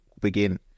begin